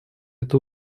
это